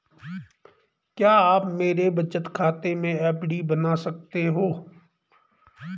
क्या आप मेरे बचत खाते से एफ.डी बना सकते हो?